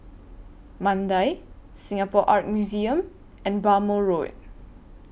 Mandai Singapore Art Museum and Bhamo Road